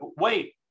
wait